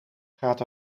gaat